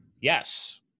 Yes